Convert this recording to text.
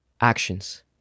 actions